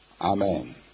amen